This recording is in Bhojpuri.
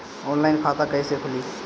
ऑनलाइन खाता कईसे खुलि?